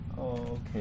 Okay